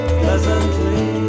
pleasantly